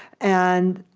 and